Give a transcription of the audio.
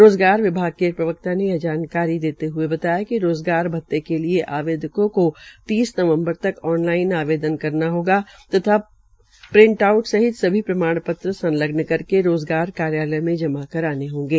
रोज़गार विभाग के एक प्रवक्ता ने यह जानकारी देते हुए बताया कि रोज़गार भत्ते के लिए आवेदकों को तीस नवम्बर तक ऑन लाइन आवदेन करना होगा तथा प्रिंटआउट सहित सभी प्रमाण संग्लन करके रोज़गार कार्यलय में जमा कराने होंगे